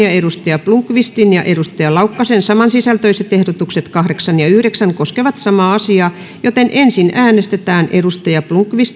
ja thomas blomqvistin ja antero laukkasen samansisältöiset ehdotukset kahdeksan ja yhdeksän koskevat samaa määrärahaa joten ensin äänestetään